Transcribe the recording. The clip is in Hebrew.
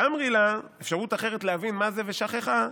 "ואמרי לה" אפשרות אחרת להבין מה זה "ושככה",